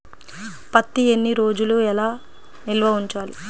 పత్తి ఎన్ని రోజులు ఎలా నిల్వ ఉంచాలి?